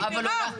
מירב,